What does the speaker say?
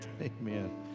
Amen